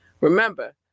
Remember